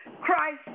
Christ